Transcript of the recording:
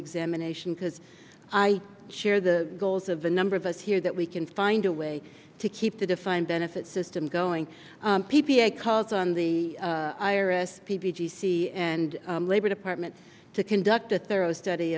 examination because i share the goals of a number of us here that we can find a way to keep the defined benefit system going p p a calls on the i r s p v c and labor department to conduct a thorough study